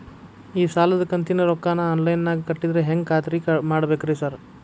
ಈ ಸಾಲದ ಕಂತಿನ ರೊಕ್ಕನಾ ಆನ್ಲೈನ್ ನಾಗ ಕಟ್ಟಿದ್ರ ಹೆಂಗ್ ಖಾತ್ರಿ ಮಾಡ್ಬೇಕ್ರಿ ಸಾರ್?